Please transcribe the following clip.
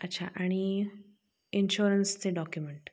अच्छा आणि इन्श्युरन्सचे डॉक्युमेंट